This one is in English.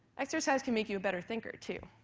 exercise can make you a better thinker too.